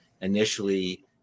initially